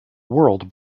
world